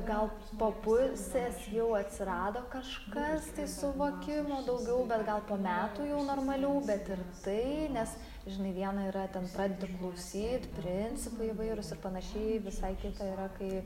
gal po pusės jau atsirado kažkas tai suvokimo daugiau bet gal po metų jau normaliau bet ir tai nes žinai viena yra ten pradedi klausyt principai įvairūs ir panašiai visai kita yra kai